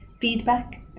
feedback